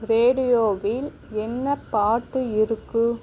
ரேடியோவில் என்ன பாட்டு இருக்கு